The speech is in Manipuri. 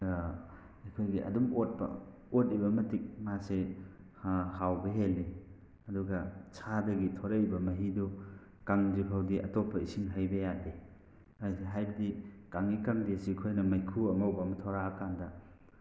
ꯑꯩꯈꯣꯏꯒꯤ ꯑꯗꯨꯝ ꯑꯣꯠꯄ ꯑꯣꯠꯂꯤꯕ ꯃꯇꯤꯛ ꯃꯥꯁꯦ ꯍꯥꯎꯕ ꯍꯦꯜꯂꯤ ꯑꯗꯨꯒ ꯁꯥꯗꯒꯤ ꯊꯣꯔꯛꯏꯕ ꯃꯍꯤꯗꯨ ꯀꯪꯗ꯭ꯔꯤ ꯐꯥꯎꯗꯤ ꯑꯇꯣꯞꯄ ꯏꯁꯤꯡ ꯍꯩꯕ ꯌꯥꯗꯦ ꯍꯥꯏꯕꯗꯤ ꯀꯪꯉꯤ ꯀꯪꯗꯦꯁꯤ ꯑꯩꯈꯣꯏꯅ ꯃꯩꯈꯨ ꯑꯉꯧꯕ ꯑꯃ ꯊꯣꯔꯛꯑ ꯀꯥꯟꯗ